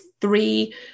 three